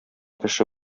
кеше